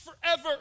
forever